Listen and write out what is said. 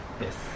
Yes